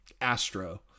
Astro